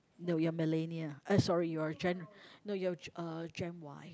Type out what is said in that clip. no you're millennial uh sorry you are gen no you are uh gen Y